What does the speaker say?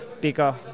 bigger